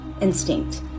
instinct